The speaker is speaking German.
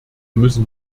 müssen